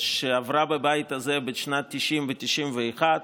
שעברה בבית הזה בשנים 1990 ו-1991.